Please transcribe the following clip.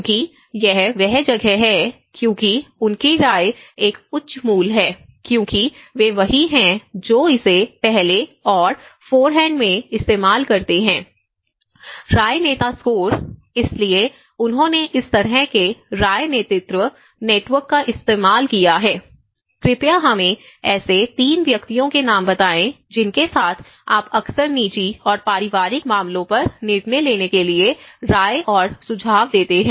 क्योंकि यह वह जगह है क्योंकि उनकी राय एक उच्च मूल्य है क्योंकि वे वही हैं जो इसे पहले और फोरहैंड में इस्तेमाल करते हैं राय नेता स्कोर इसलिए उन्होंने इस तरह के राय नेतृत्व नेटवर्क का इस्तेमाल किया है कृपया हमें ऐसे 3 व्यक्तियों के नाम बताएं जिनके साथ आप अक्सर निजी और पारिवारिक मामलों पर निर्णय लेने के लिए राय और सुझाव देते हैं